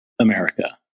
America